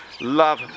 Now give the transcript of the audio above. Love